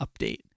update